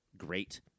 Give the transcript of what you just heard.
great